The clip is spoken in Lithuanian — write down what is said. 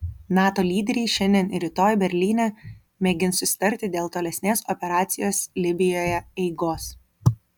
nato lyderiai šiandien ir rytoj berlyne mėgins susitarti dėl tolesnės operacijos libijoje eigos